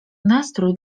nastrój